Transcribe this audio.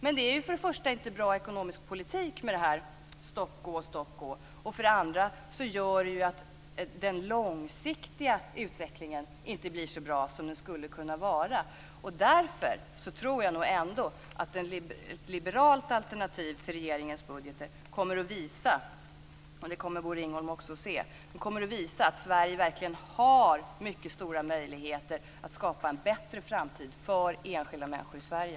För det första är det inte bra ekonomisk politik med detta stopp-gå, stopp-gå. För det andra gör det att den långsiktiga utvecklingen inte blir så bra som den skulle kunna vara. Därför tror jag att ett liberalt alternativ till regeringens budget kommer att visa, och det kommer Bosse Ringholm också att se, att Sverige verkligen har mycket stora möjligheter att skapa en bättre framtid för enskilda människor i Sverige.